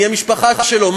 מי המשפחה שלו,